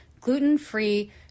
gluten-free